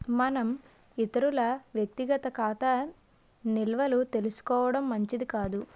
మనం ఇతరుల వ్యక్తిగత ఖాతా నిల్వలు తెలుసుకోవడం మంచిది కాదు